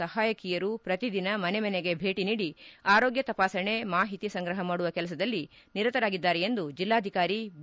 ಸಹಾಯಕಿಯರು ಪ್ರತಿ ದಿನ ಮನೆಮನೆಗೆ ಭೇಟ ನೀಡಿ ಆರೋಗ್ಯ ತಪಾಸಣೆ ಮಾಹಿತಿ ಸಂಗ್ರಹ ಮಾಡುವ ಕೆಲಸದಲ್ಲಿ ನಿರತರಾಗಿದ್ದಾರೆ ಎಂದು ಜಿಲ್ಲಾಧಿಕಾರಿ ಬಿ